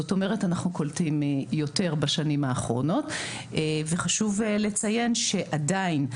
זאת אומרת אנחנו קולטים יותר בשנים האחרונות וחשוב לציין שעדיין,